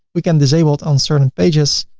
we can disable it on certain pages.